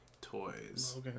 toys